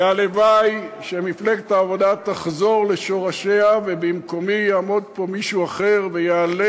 והלוואי שמפלגת העבודה תחזור לשורשיה ובמקומי יעמוד פה מישהו אחר ויהלל